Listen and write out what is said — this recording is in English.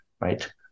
right